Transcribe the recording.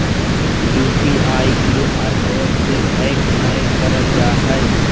UPI, Q R code के hack नयय करल जा हइ